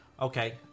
Okay